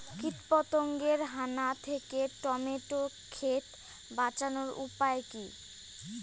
কীটপতঙ্গের হানা থেকে টমেটো ক্ষেত বাঁচানোর উপায় কি?